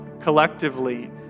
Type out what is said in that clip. collectively